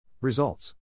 Results